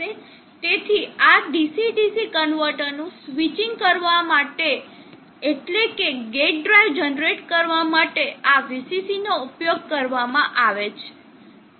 તેથી આ DC DC converter નું સ્વીચીંગ કરવા માટે એટલેકે ગેટ ડ્રાઇવ જનરેટ કરવા માટે આ Vcc નો ઉપયોગ કરવામાં આવશે